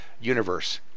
universe